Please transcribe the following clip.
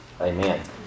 Amen